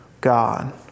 God